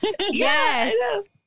Yes